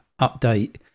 update